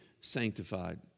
sanctified